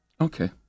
Okay